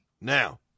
Now